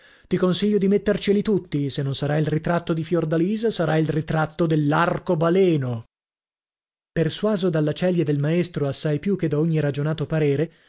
ti consiglio di metterceli tutti se non sarà il ritratto di fiordalisa sarà il ritratto dell'arcobaleno persuaso dalla celia del maestro assai più che da ogni ragionato parere